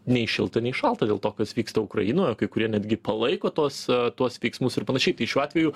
nei šilta nei šalta dėl to kas vyksta ukrainoje kai kurie netgi palaiko tuos tuos veiksmus ir panašiai tai šiuo atveju